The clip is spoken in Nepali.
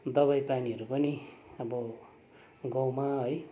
दबाई पानीहरू पनि अब गाउँमा है